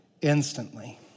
instantly